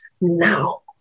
now